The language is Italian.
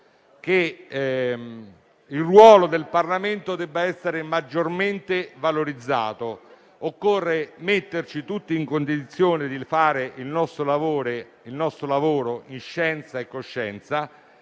che il ruolo del Parlamento debba essere maggiormente valorizzato; occorre metterci tutti in condizione di fare il nostro lavoro in scienza e coscienza.